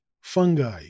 fungi